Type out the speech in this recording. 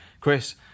Chris